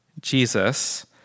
Jesus